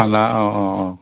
हाला औ औ औ